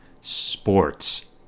Sports